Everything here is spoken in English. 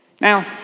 Now